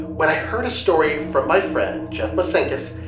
when i heard a story from my friend jeff mosenkis,